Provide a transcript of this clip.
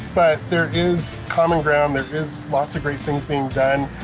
but there is common ground, there is lots of great things being done.